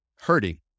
hurting